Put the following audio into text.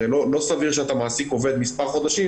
הרי לא סביר שאתה מעסיק עובד מספר חודשים